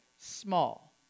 small